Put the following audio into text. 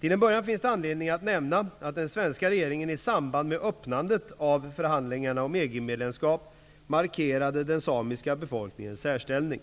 Till en början finns det anledning att nämna att den svenska regeringen i samband med öppnandet av förhandlingarna om EG-medlemskap markerade den samiska befolkningens särställning.